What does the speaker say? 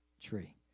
tree